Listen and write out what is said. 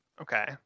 okay